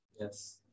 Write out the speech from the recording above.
Yes